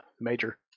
Major